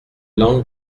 langue